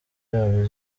yabo